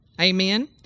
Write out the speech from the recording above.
Amen